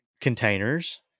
containers